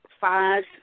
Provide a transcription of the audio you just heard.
five